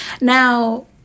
now